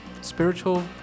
spiritual